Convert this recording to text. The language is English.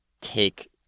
take